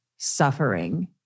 suffering